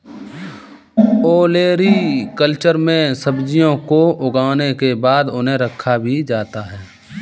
olericulture में सब्जियों को उगाने के बाद उन्हें रखा भी जाता है